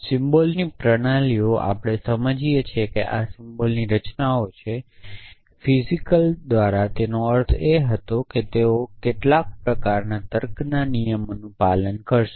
સિમ્બલ્સની પ્રણાલીઓ આપણે સમજીએ છીએ કે આ સિમ્બલ્સની રચનાઓ છે ફિજિકલ દ્વારા તેનો અર્થ તે હતો કે તેઓ કેટલાક પ્રકારના તર્કના નિયમોનું પાલન કરશે